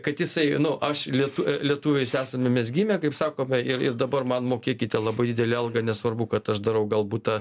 kad jisai nu aš lietu lietuviais esame mes gimę kaip sakome ir ir dabar man mokėkite labai didelę algą nesvarbu kad aš darau galbūt tą